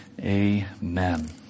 amen